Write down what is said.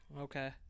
Okay